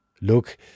Look